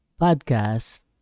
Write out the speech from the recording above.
podcast